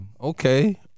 Okay